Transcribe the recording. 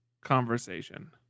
conversation